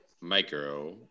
Micro